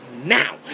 now